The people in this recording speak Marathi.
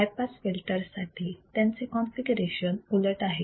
हाय पास फिल्टर साठी त्यांचे कॉन्फिगरेशन उलट आहे